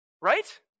right